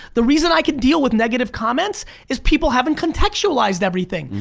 the reason i can deal with negative comments is people haven't contextualized everything.